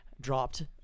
dropped